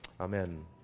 Amen